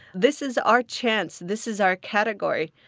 this is our chance. this is our category.